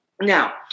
Now